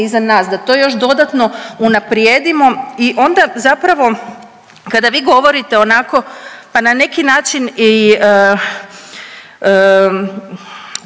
iza nas da to još dodatno unaprijedimo i onda zapravo kada vi govorite onako pa na neki način i